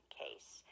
case